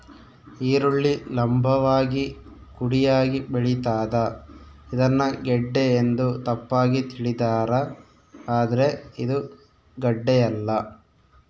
ಈರುಳ್ಳಿ ಲಂಭವಾಗಿ ಕುಡಿಯಾಗಿ ಬೆಳಿತಾದ ಇದನ್ನ ಗೆಡ್ಡೆ ಎಂದು ತಪ್ಪಾಗಿ ತಿಳಿದಾರ ಆದ್ರೆ ಇದು ಗಡ್ಡೆಯಲ್ಲ